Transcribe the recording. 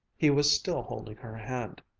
he was still holding her hand,